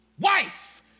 wife